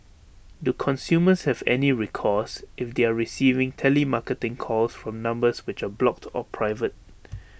do consumers have any recourse if they are receiving telemarketing calls from numbers which are blocked or private